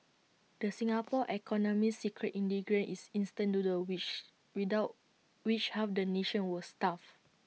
the Singapore economy's secret ingredient is instant noodles wish without which half the nation would starve